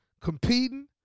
competing